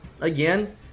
again